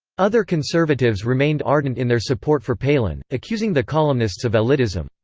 other conservatives remained ardent in their support for palin, accusing the columnists of elitism.